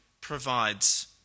provides